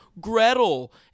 Gretel